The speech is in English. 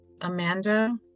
Amanda